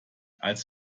als